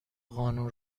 قانون